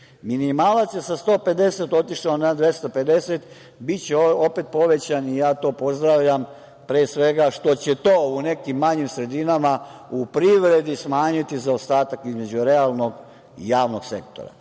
Minimalac je sa 150 otišao na 250. Biće opet povećan. To pozdravljam pre svega što će to u nekim manjim sredinama u privredi smanjiti zaostatak između realnog i javnog sektora.Zašto